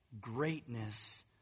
greatness